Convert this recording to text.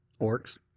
orcs